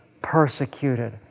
persecuted